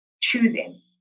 choosing